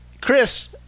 Chris